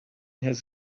his